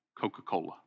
Coca-Cola